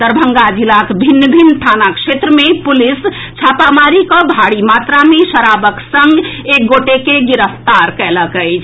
दरभंगा जिलाक भिन्न भिन्न थाना क्षेत्र मे पुलिस छापामारी कऽ भारी मात्रा मे शराबक संग एक गोटे के गिरफ्तार कएलक अछि